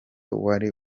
wari